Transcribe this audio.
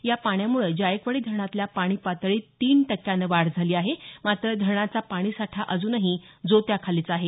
या पाण्यामुळे जायकवाडी धरणातल्या पाणी पातळीत तीन टक्क्यानं वाढ झाली आहे मात्र धरणाचा पाणीसाठी अजूनही ज्योत्याखालीच आहे